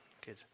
Good